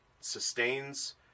sustains